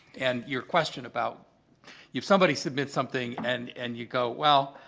and your question about if somebody submits something and and you go, well,